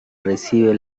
recibe